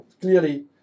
clearly